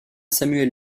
samuel